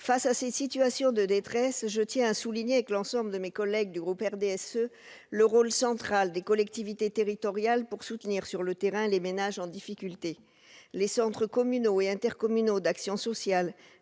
Face à ces situations de détresse, je tiens à souligner, avec l'ensemble de mes collègues du groupe du RDSE, le rôle central des collectivités territoriales pour soutenir, sur le terrain, les ménages en difficulté : les centres communaux et intercommunaux d'action sociale,